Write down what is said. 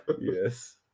Yes